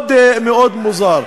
מאוד מוזר.